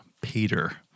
Peter